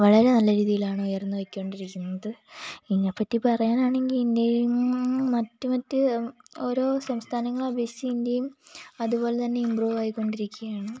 വളരെ നല്ലരീതിയിലാണ് ഉയർന്നു പോയിക്കൊണ്ടിരിക്കുന്നത് ഇന്ത്യയെ പറ്റി പറയാനാണെങ്കിൽ ഇന്ത്യയും മറ്റ് മറ്റ് ഓരോ സംസ്ഥാനങ്ങളെ അപക്ഷിച്ച് ഇന്ത്യയും അതുപോലെ തന്നെ ഇമ്പ്രൂവ് ആയിക്കൊണ്ടിരിക്കയാണ്